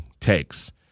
takes